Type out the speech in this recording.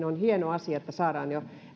on hieno asia että saadaan jo